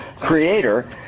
creator